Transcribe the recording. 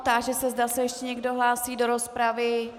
Táži se, zda se ještě někdo hlásí do rozpravy.